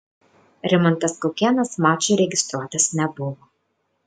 rimantas kaukėnas mačui registruotas nebuvo